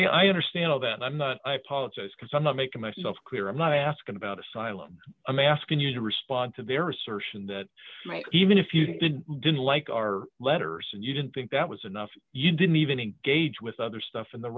here i understand all that i'm not i apologize because i'm not making myself clear i'm not asking about asylum i'm asking you to respond to their assertion that even if you did didn't like our letters and you didn't think that was enough you didn't even engage with other stuff on the